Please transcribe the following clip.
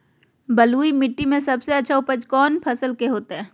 बलुई मिट्टी में सबसे अच्छा उपज कौन फसल के होतय?